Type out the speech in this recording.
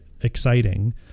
exciting